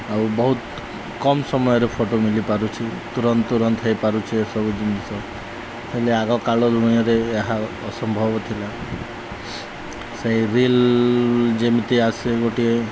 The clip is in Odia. ଆଉ ବହୁତ କମ୍ ସମୟରେ ଫଟୋ ମିଳିପାରୁଛି ତୁରନ୍ତ ତୁରନ୍ତ ହେଇପାରୁଛି ଏସବୁ ଜିନିଷ ହେଲେ ଆଗକାଳ ଦୁନିଆରେ ଏହା ଅସମ୍ଭବ ଥିଲା ସେଇ ରିଲ୍ ଯେମିତି ଆସେ ଗୋଟିଏ